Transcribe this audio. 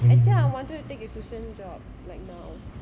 actually I wanted to take a tuition job like now